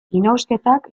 inausketak